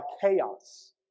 chaos